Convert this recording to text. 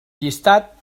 llistat